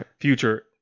future